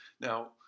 Now